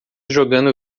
jogando